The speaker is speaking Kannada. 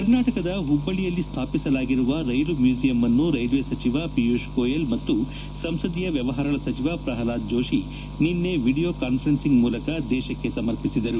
ಕರ್ನಾಟಕದ ಹುಬ್ಬಳ್ಳಿಯಲ್ಲಿ ಸ್ಥಾಪಿಸಲಾಗಿರುವ ರೈಲು ಮ್ಯೂಸಿಯಂ ಅನ್ನು ರೈಲ್ವೆ ಸಚಿವ ಪಿಯೂಷ್ ಗೋಯಲ್ ಮತ್ತು ಸಂಸದೀಯ ವ್ಯವಹಾರಗಳ ಸಚಿವ ಪ್ರಹ್ಲಾದ್ ಜೋಡಿ ನಿನ್ನೆ ವೀಡಿಯೊ ಕಾನ್ವರೆನ್ನಿಂಗ್ ಮೂಲಕ ದೇಶಕ್ಕೆ ಸಮರ್ಪಿದರು